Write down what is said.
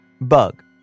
Bug